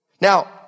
Now